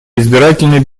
избирательные